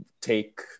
take